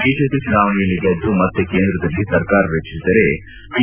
BJP ಚುನಾವಣೆಯಲ್ಲಿ ಗೆದ್ದು ಮತ್ತೆ ಕೇಂದ್ರದಲ್ಲಿ ಸರ್ಕಾರ ರಚಿಸಿದರೆ ಪಿ